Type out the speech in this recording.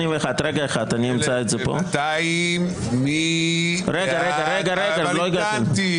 אני מבקש לפנות ליועצת המשפטית של הכנסת.